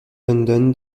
london